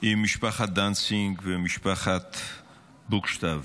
עם משפחת דנציג ומשפחת בוכשטב.